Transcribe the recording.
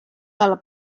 del